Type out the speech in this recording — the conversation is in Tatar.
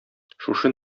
шушы